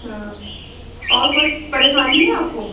हाँ और कोई परेशानी है आपको